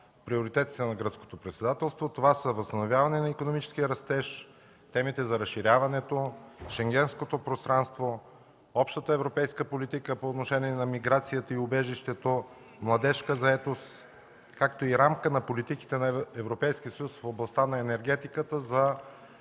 приоритетите на гръцкото председателство. Това са: възстановяване на икономическия растеж; темите за разширяването; Шенгенското пространство; общата европейска политика по отношение на миграцията и убежището; младежка заетост; както и рамка на политиките на Европейския съюз в областта на енергетиката за десетилетието